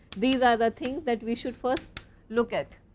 these are the things that we should first look at.